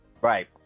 right